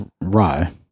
rye